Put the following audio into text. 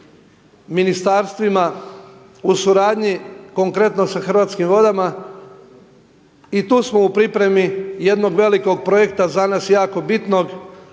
ministarstvima u suradnji konkretno sa Hrvatskim vodama i tu smo u pripremi jednog velikog projekta za nas jako bitno,